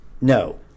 no